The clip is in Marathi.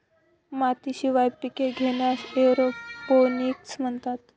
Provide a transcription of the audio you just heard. मातीशिवाय पिके घेण्यास एरोपोनिक्स म्हणतात